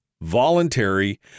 voluntary